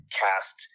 cast